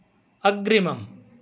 अग्रिमम्